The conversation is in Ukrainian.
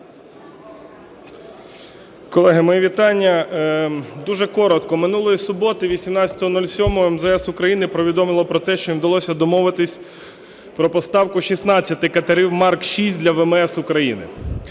Колеги, мої вітання. Дуже коротко, минулої суботи 18.07, МЗС України повідомило про те, що їм вдалося домовитись про поставку 16 катерів Mark VI для ВМС України.